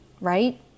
Right